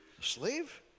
Slave